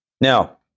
Now